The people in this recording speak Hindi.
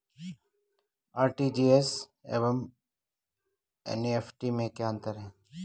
आर.टी.जी.एस एवं एन.ई.एफ.टी में क्या अंतर है?